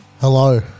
Hello